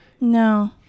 No